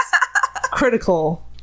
critical